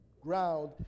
ground